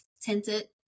tinted